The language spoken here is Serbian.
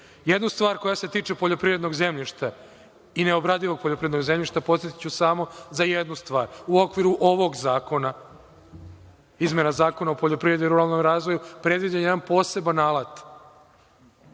stvar, koja se tiče poljoprivrednog zemljišta i neobradivog poljoprivrednog zemljišta, podsetiću samo na jednu stvar. U okviru ovog zakona, izmena Zakona o poljoprivrednom i ruralnom razvoju, predviđen je jedan poseban alat